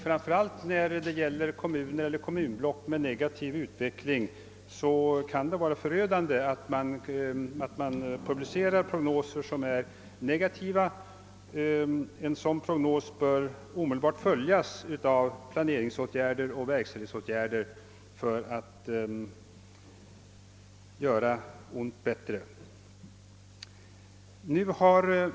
Framför allt för kommuner eller kommunblock med en negativ utveckling kan det vara förödande att man producerar prognoser som är negativa. En sådan prognos bör omedelbart följas av planeringsoch verkställighetsåtgärder för att göra ont bättre.